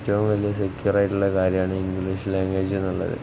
ഏറ്റവും വലിയ സെക്യൂർ ആയിട്ടുള്ള കാര്യമാണ് ഇംഗ്ലീഷ് ലാംഗ്വേജിനുള്ളത്